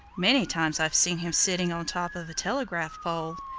many times i've seen him sitting on top of a telegraph pole.